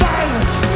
Violence